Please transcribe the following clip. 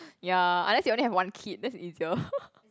ya unless you only have one kid that's easier